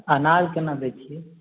अनार केना दै छियै